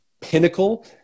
pinnacle